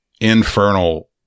infernal